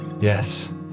yes